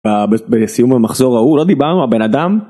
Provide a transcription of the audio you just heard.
בסיום המחזור ההוא לא דיברנו, הבן אדם.